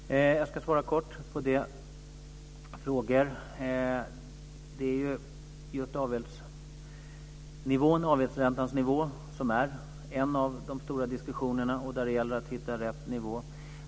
Fru talman! Jag ska svara kort på frågorna. Det är just avgäldsräntans nivå som är en av de stora diskussionerna, där det gäller att hitta rätt nivå.